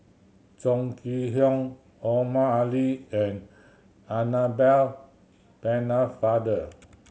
Chong Kee Hiong Omar Ali and Annabel Pennefather